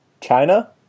China